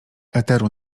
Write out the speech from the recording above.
eteru